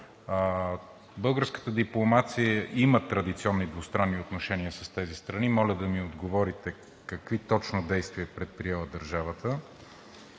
Българската дипломация има традиционни двустранни отношения с тези страни. Моля да ми отговорите какви точно действия е предприела държавата,